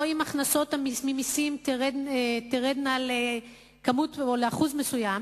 או אם ההכנסות ממסים תרדנה לכמות מסוימת או לאחוז מסוים,